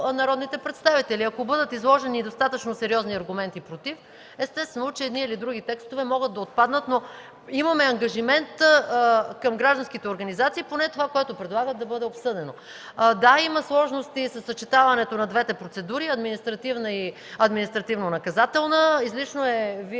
народните представители. Ако бъдат изложени достатъчно сериозни аргументи „против”, естествено, едни или други текстове могат да отпаднат. Имаме обаче ангажимент към гражданските организации поне това, което предлагат, да бъде обсъдено. Да, има сложности за съчетаването на двете процедури – административна и административнонаказателна. Вие очевидно